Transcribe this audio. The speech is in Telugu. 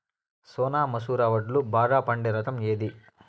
సోనా మసూర వడ్లు బాగా పండే రకం ఏది